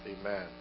Amen